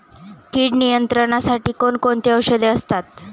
कीड नियंत्रणासाठी कोण कोणती औषधे असतात?